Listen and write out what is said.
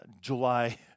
July